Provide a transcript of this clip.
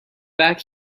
back